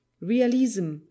realism